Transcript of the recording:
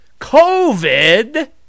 COVID